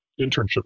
internship